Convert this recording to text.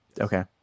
Okay